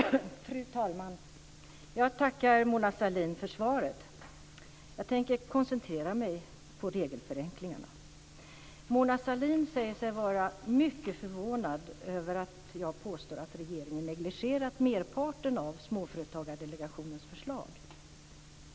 Fru talman! Jag tackar Mona Sahlin för svaret. Jag tänker koncentrera mig på regelförenklingarna. Mona Sahlin säger sig vara mycket förvånad över att jag påstår att regeringen har negligerat merparten av Småföretagsdelegationens förslag.